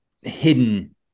hidden